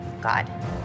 God